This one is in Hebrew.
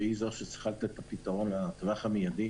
שהיא זו שצריכה לתת את הפתרון לטווח המיידי.